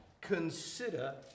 consider